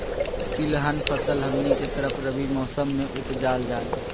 तिलहन फसल हमनी के तरफ रबी मौसम में उपजाल जाला